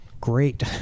great